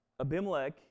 Abimelech